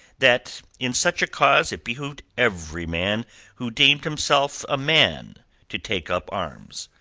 that in such a cause it behoved every man who deemed himself a man to take up arms.